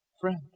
Friend